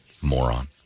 moron